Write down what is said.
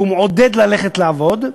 שהוא מעודד ללכת לעבוד,